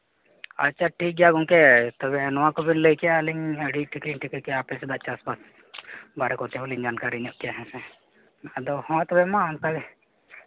ᱟᱪᱪᱷᱟ ᱴᱷᱤᱠ ᱜᱮᱭᱟ ᱜᱚᱢᱠᱮ ᱛᱚᱵᱮ ᱱᱚᱣᱟ ᱠᱚᱵᱮᱱ ᱞᱟᱹᱭ ᱠᱮᱫᱼᱟ ᱟᱹᱞᱤᱧ ᱟᱹᱰᱤ ᱴᱷᱤᱠ ᱞᱤᱧ ᱴᱷᱤᱠᱟᱹ ᱠᱮᱫᱟ ᱟᱯᱮᱥᱮᱫᱟᱜ ᱪᱟᱥᱵᱟᱥ ᱵᱟᱦᱨᱮ ᱠᱚᱛᱮ ᱦᱚᱸᱞᱤᱧ ᱡᱟᱱᱠᱟᱨᱤ ᱧᱚᱜ ᱠᱮᱫᱼᱟ ᱦᱮᱸ ᱥᱮ ᱟᱫᱚ ᱦᱳᱭ ᱛᱚᱵᱮ ᱢᱟ ᱚᱱᱠᱟᱜᱮ